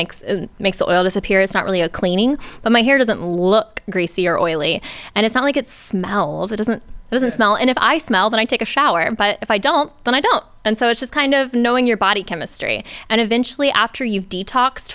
makes makes the oil disappear it's not really a cleaning but my hair doesn't look greasy or oily and it's not like it smells it doesn't doesn't smell and if i smell then i take a shower but if i don't then i don't and so it's just kind of knowing your body chemistry and eventually after you detox